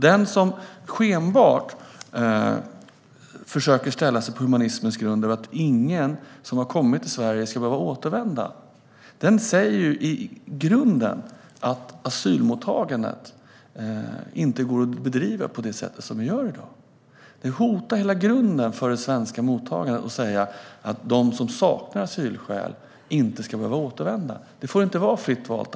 Den som skenbart ställer sig på humanismens grund och säger att ingen som har kommit till Sverige ska behöva återvända säger i grunden att asylmottagandet inte går att bedriva på det sätt som vi gör i dag. Det hotar hela grunden för det svenska mottagandet att säga att de som saknar asylskäl inte ska behöva återvända. Det får inte vara ett fritt val.